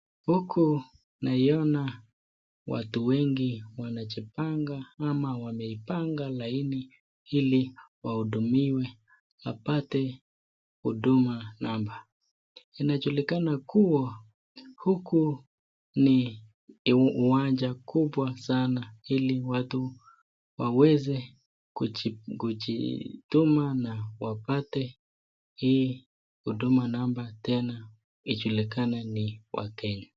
Huku naiona watu wengi wanajipanga ama wameipanga laini ili wahudumiwe wapate huduma namba. Inajulikana kuwa huku ni uwanja kubwa sana ili watu waweze kujituma na wapate hii huduma namba tena ijulikana ni wake.